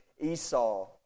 Esau